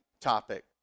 topic